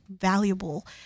valuable